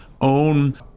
own